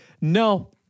No